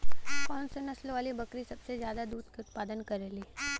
कौन से नसल वाली बकरी सबसे ज्यादा दूध क उतपादन करेली?